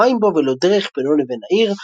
לא מים בו ולא דרך בינו לבין העיר.